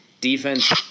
Defense